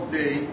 day